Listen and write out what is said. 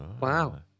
Wow